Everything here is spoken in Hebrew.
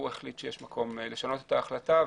הוא החליט שיש מקום לשנות את ההחלטה.